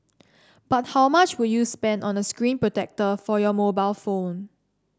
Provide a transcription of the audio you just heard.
but how much would you spend on a screen protector for your mobile phone